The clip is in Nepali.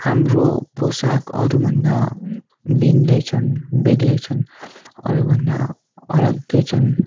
हाम्रो पोसाक अरूभन्दा भिन्नै छन् बेग्लै छन् अरू भन्दा अलग्गै छन्